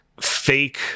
fake